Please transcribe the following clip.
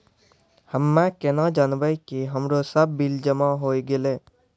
हम्मे केना जानबै कि हमरो सब बिल जमा होय गैलै?